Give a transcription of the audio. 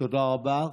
תודה רבה.